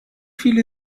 viele